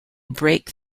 break